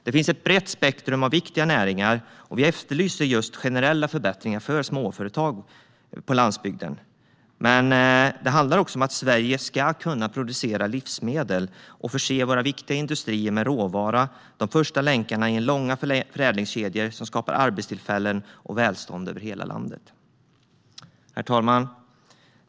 Det finns ett brett spektrum av viktiga näringar, och vi efterlyser generella förbättringar för småföretag på landsbygden. Det handlar även om att Sverige ska kunna producera livsmedel och förse våra viktiga industrier med råvara - de första länkarna i långa förädlingskedjor som skapar arbetstillfällen och välstånd över hela landet. Herr talman!